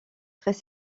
très